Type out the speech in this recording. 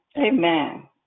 Amen